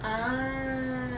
ah